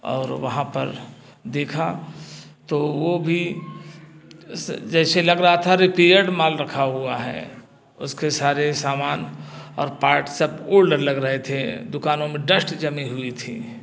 और वहाँ पर देखा तो वो भी से जैसे लग रहा था रिपेयर्ड माल रखा हुआ है उसके सारे सामान और पार्ट सब ओल्ड लग रहे थे दुकानों में डश्ट जमी हुई थी